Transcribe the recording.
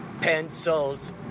pencils